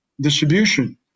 distribution